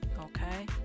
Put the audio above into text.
Okay